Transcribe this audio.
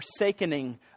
forsakening